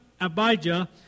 Abijah